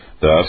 Thus